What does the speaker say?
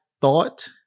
thought